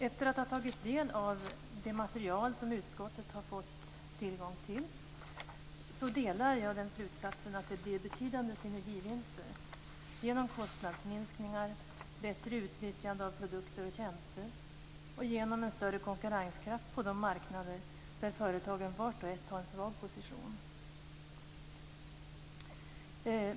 Efter att ha tagit del av det material som utskottet fått tillgång till instämmer jag i slutsatsen att det blir betydande synergivinster genom kostnadsminskningar, genom ett bättre utnyttjande av produkter och tjänster och genom en större konkurrenskraft på de marknader där företagen vart och ett för sig har en svag position.